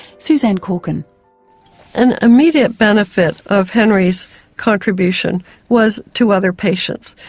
suzanne corkin an immediate benefit of henry's contribution was to other patients.